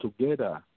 together